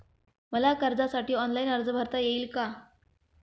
मला कर्जासाठी ऑनलाइन अर्ज भरता येईल का?